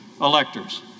electors